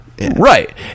Right